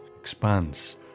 expanse